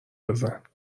بزن